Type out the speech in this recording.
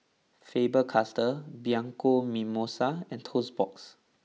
Faber Castell Bianco Mimosa and Toast Box